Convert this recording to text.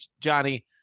Johnny